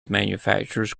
manufactures